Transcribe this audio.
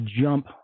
jump